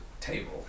table